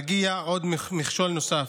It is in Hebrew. מגיע מכשול נוסף,